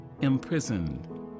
imprisoned